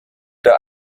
der